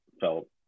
felt